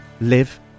live